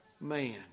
man